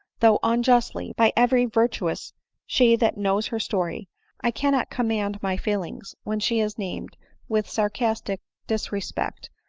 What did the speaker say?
though unjustly, by every virtuous she that knows her story i cannot command my feelings when she is named with sarcastic disrespect,